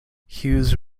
hughes